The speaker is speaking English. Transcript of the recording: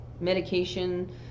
medication